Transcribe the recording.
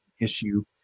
issue